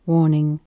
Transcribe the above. Warning